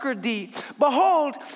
Behold